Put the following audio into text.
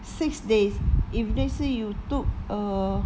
six days if let's say you took err